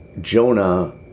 Jonah